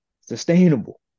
Sustainable